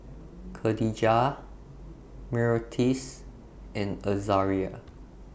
Kadijah Myrtis and Azaria